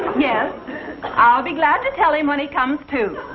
yeah ah be glad to tell him when he comes to.